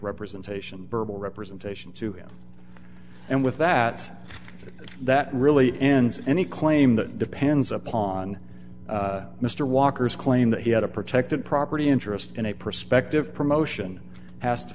representation burble representation to him and with that that really ends any claim that depends upon mr walker's claim that he had a protected property interest in a prospective promotion has to